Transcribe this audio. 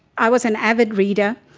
i was an avid reader.